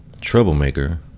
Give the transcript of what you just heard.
troublemaker